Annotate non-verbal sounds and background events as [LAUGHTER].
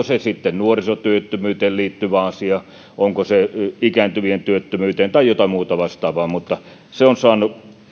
[UNINTELLIGIBLE] se sitten nuorisotyöttömyyteen liittyvä asia on se ikääntyvien työttömyyteen liittyvä asia tai jotain muuta vastaavaa se on saanut